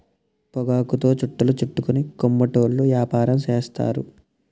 పొగాకుతో చుట్టలు చుట్టుకొని కోమటోళ్ళు యాపారం చేస్తారు